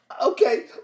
Okay